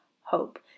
hope